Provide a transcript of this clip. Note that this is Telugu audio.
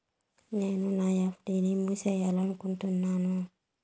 నేను నా ఎఫ్.డి ని మూసేయాలనుకుంటున్నాను